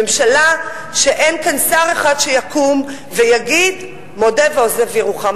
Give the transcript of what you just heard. ממשלה שאין כאן שר אחד שיקום ויגיד: מודה ועוזב ירוחם,